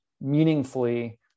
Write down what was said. meaningfully